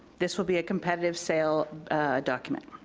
this will be a competitive sale document.